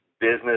business